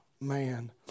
man